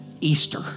Easter